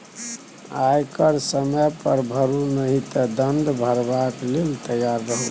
आयकर समय पर भरू नहि तँ दण्ड भरबाक लेल तैयार रहु